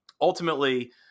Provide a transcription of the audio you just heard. Ultimately